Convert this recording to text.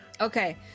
Okay